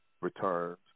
returns